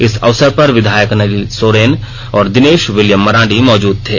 इस अवसर पर विधायक नलिन सोरेन और दिनेश विलियम मरांडी मौजूद थे